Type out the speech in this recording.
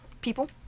people